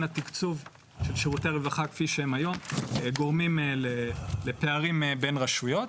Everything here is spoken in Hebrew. התקצוב של שירותי הרווחה כפי שהם היום גורמים לפערים בין רשויות,